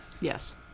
Yes